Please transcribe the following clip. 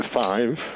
Five